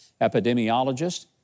epidemiologist